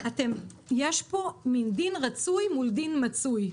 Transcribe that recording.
יש כאן דין רצוי מול דין מצוי.